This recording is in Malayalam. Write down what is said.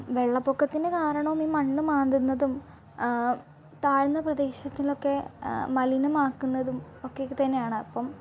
വെള്ളപ്പൊക്കത്തിന്റെ കാരണം ഈ മണ്ണ് മാന്തുന്നതും താഴ്ന്ന പ്രദേശത്തിലോക്കെ മലിനമാക്കുന്നതും ഒക്കെ തന്നെയാണ് അപ്പം